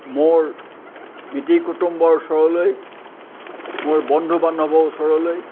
মোৰ মিতিৰ কুটুম্বৰ ওচৰলৈ মোৰ বন্ধু বান্ধৱৰ ওচৰলৈ